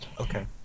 Okay